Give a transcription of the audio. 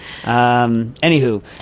Anywho